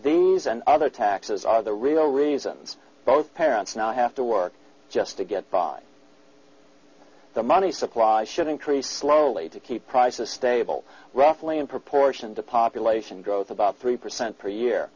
these and other taxes are the real reasons both parents now have to work just to get by the money supply should increase slowly to keep prices stable roughly in proportion to population growth about three percent per year